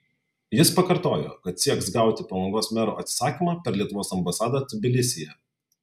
jis pakartojo kad sieks gauti palangos mero atsisakymą per lietuvos ambasadą tbilisyje